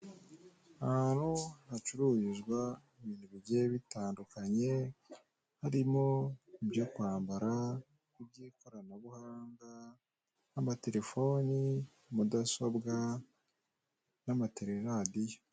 Ahantu hacururizwa ibintu bigiye bitandukanye harimo ibyo kwambara, iby'ikoranabuhanga nk'amaterefone, mudasobwa n'amatere radiyo.